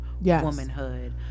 womanhood